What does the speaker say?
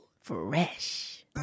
Fresh